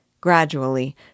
Gradually